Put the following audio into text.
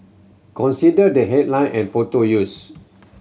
consider the headline and photo used